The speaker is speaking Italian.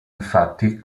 infatti